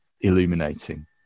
illuminating